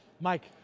Mike